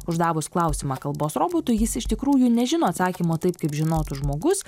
uždavus klausimą kalbos robotui jis iš tikrųjų nežino atsakymo taip kaip žinotų žmogus